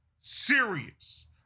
serious